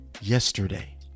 yesterday